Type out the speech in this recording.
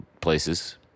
places